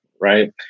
right